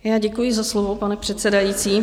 Já děkuji za slovo, pane předsedající.